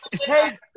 hey